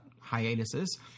hiatuses